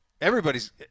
Everybody's –